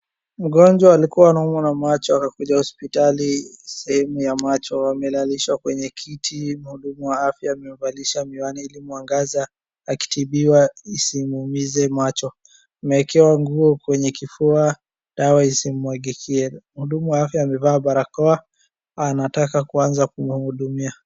Mgonjwa alikua naaumwa namacho akakuja hospitali sehemu ya macho. Amelalishwa kwenye kiti, mhudumu wa afya amemvalisha miwani ili mwangaza akitibiwa isimuumize macho. Ameekewa nguo kwenye kifua dawa isimumwagikie. Mhudumu wa afya amevaa barakoa anataka kuanza kumhudumia.